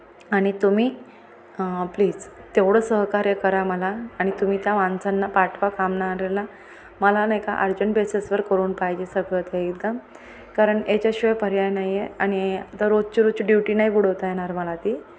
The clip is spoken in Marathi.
आणि तुम्ही प्लीज तेवढं सहकार्य करा मला आणि तुम्ही त्या माणसांना पाठवा कामन आलेला मला नाही का अर्जंट बेसेसवर करून पाहिजे सगळं ते एकदम कारण याच्याशिवाय पर्याय नाही आहे आणि आता रोजची रोजची ड्युटी नाही बुडवता येणार मला ती